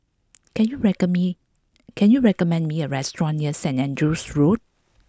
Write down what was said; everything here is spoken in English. can you recon me can you recommend me a restaurant near Saintt Andrew's Road